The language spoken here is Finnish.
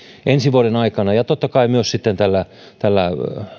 ensi vuoden aikana ja totta kai myös sitten tällä tällä